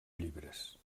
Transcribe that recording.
llibres